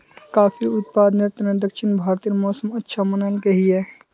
काफिर उत्पादनेर तने दक्षिण भारतेर मौसम अच्छा मनाल गहिये